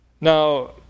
Now